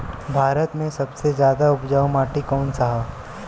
भारत मे सबसे ज्यादा उपजाऊ माटी कउन सा ह?